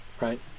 Right